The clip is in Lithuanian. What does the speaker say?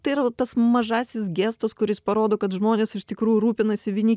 tai yra tas mažasis gestas kuris parodo kad žmonės iš tikrųjų rūpinasi vieni